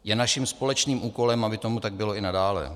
Je naším společným úkolem, aby tomu tak bylo i nadále.